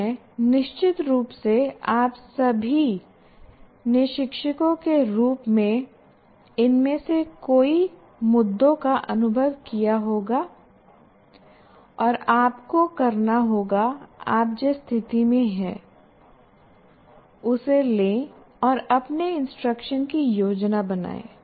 मैं हूँ निश्चित रूप से आप सभी ने शिक्षकों के रूप में इनमें से कई मुद्दों का अनुभव किया होगा और आपको करना होगा आप जिस स्थिति में हैं उसे लें और अपने इंस्ट्रक्शन की योजना बनाएं